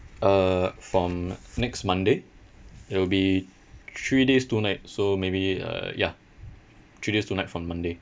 uh from next monday it will be three days two nights so maybe uh ya three days two nights from monday